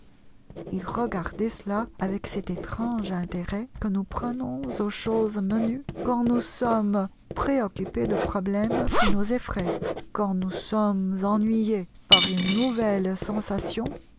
il regardait cela avec cet étrange intérêt que nous prenons aux choses menues quand nous sommes préoccupés de problèmes qui nous effraient quand nous sommes ennuyés par une nouvelle sensation